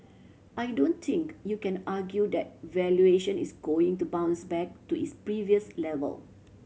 I don't think you can argue that valuation is going to bounce back to its previous level